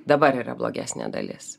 dabar yra blogesnė dalis